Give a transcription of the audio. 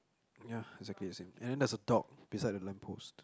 ya exactly the same and then there's a dog beside the lamp post